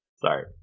Sorry